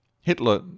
Hitler